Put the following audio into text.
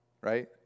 right